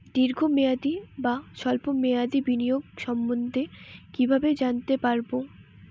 দীর্ঘ মেয়াদি বা স্বল্প মেয়াদি বিনিয়োগ সম্বন্ধে কীভাবে জানতে পারবো?